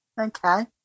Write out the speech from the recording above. Okay